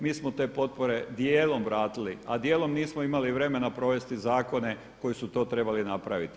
Mi smo te potpore dijelom vratili, a dijelom nismo imali vremena provesti zakone koji su to trebali napraviti.